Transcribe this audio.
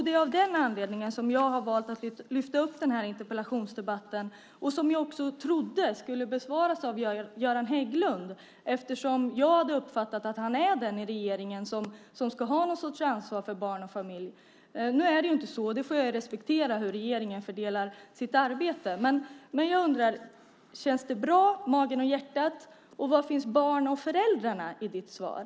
Det är av den anledning som jag har valt att ställa den här interpellationen, som jag trodde skulle besvaras av Göran Hägglund, eftersom jag hade uppfattat att han är den i regeringen som ska ha någon sorts ansvar för barn och familj. Nu är det inte så, och jag får respektera hur regeringen fördelar sitt arbete. Men jag undrar: Känns det bra i magen och hjärtat? Och var finns barnen och föräldrarna i ditt svar?